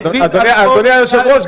הם חוזרים --- אדוני היושב-ראש,